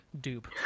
dupe